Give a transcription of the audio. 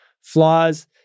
Flaws